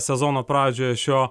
sezono pradžioje šio